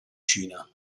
cina